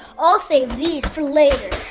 i'll save these for later